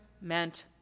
meant